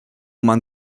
man